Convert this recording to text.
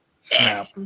snap